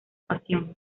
pasión